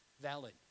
valid